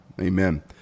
Amen